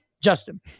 Justin